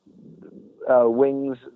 Wings